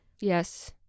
Yes